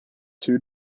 two